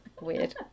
Weird